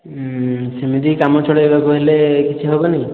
ସେମତି କାମ ଚଳେଇବାକୁ ହେଲେ କିଛି ହେବନି